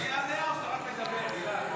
לשכנע, או רק לדבר, גלעד?